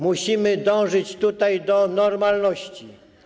Musimy dążyć tutaj do normalności.